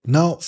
Now